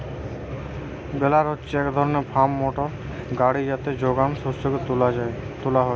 বেলার হচ্ছে এক ধরণের ফার্ম মোটর গাড়ি যাতে যোগান শস্যকে তুলা হয়